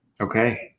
Okay